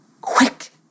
Quick